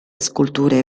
sculture